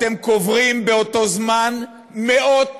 אתם קוברים באותו זמן מאות